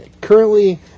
currently